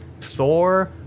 Thor